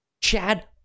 Chad